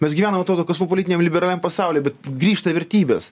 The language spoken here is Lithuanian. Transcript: mes gyvenam atrodo kosmopolitiniam liberaliam pasauly bet grįžta vertybės